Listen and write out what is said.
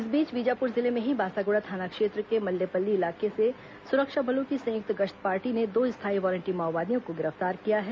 इस बीच बीजापुर जिले में ही बासागुड़ा थाना क्षेत्र के मल्लेपल्ली इलाके से सुरक्षा बलों की संयुक्त गश्त पार्टी ने दो स्थायी वारंटी माओवादियों को गिरफ्तार किया है